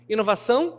Inovação